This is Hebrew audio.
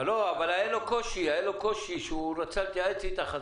אבל היה לו קושי שהוא רצה להתייעץ איתך,